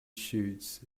shoots